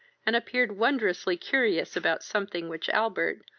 and appeared wondrously curious about something which albert,